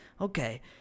okay